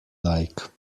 like